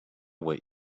what